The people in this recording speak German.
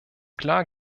klar